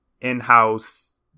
in-house